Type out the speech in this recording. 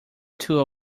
too